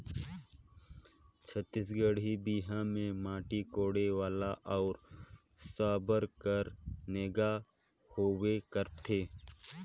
छत्तीसगढ़ी बिहा मे माटी कोड़े वाला अउ साबर कर नेग होबे करथे